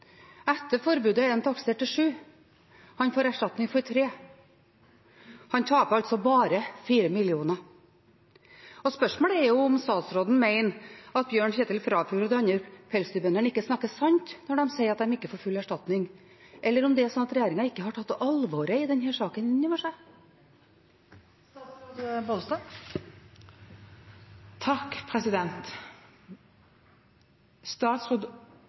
Etter forbudet er den taksert til 7 mill. kr, men han får erstatning for 3 mill. kr. Han taper altså «bare» 4 mill. kr. Spørsmålet er om statsråden mener at Bjørn Kjetil Frafjord og de andre pelsdyrbøndene ikke snakker sant når de sier at de ikke får full erstatning, eller om det er slik at regjeringen ikke har tatt alvoret i denne saken inn over seg. Statsråd